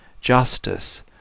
justice